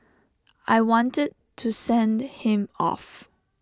I wanted to send him off